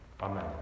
Amen